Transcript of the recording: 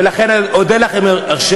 ולכן, אודה לך אם יתאפשר